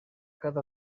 cada